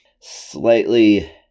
slightly